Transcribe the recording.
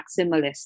maximalist